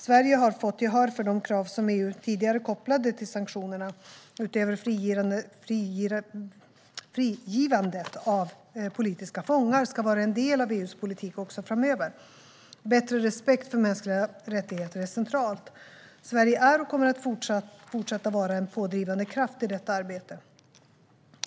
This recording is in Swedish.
Sverige har fått gehör för att de krav som EU tidigare kopplade till sanktionerna, utöver frigivandet av politiska fångar, ska vara en del av EU:s politik också framöver. Bättre respekt för mänskliga rättigheter är centralt. Sverige är och kommer att fortsätta vara en pådrivande kraft i detta arbete.